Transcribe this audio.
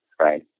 right